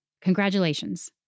congratulations